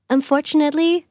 Unfortunately